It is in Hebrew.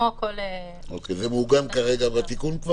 מעוגן כרגע בתיקון?